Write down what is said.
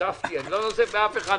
אני לא נוזף באף אחד,